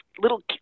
little